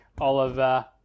Oliver